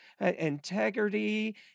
integrity